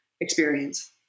experience